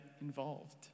involved